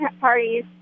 parties